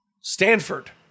Stanford